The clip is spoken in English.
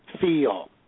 feel